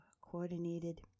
coordinated